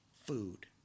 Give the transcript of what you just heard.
food